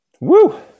woo